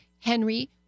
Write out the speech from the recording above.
Henry